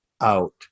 out